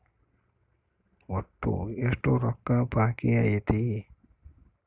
ಒಟ್ಟು ಎಷ್ಟು ರೊಕ್ಕ ಬಾಕಿ ಐತಿ?